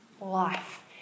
life